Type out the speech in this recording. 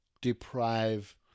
deprive